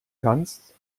kannst